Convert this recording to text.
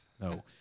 no